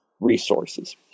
resources